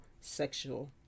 sexual